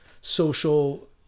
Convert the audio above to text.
social